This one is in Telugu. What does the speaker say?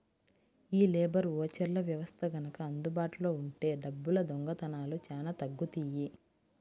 యీ లేబర్ ఓచర్ల వ్యవస్థ గనక అందుబాటులో ఉంటే డబ్బుల దొంగతనాలు చానా తగ్గుతియ్యి